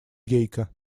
гейка